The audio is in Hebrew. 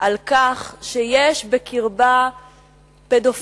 על כך שיש בקרבה פדופילים,